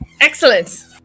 excellent